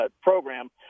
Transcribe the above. program